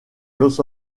los